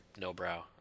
Nobrow